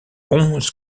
onze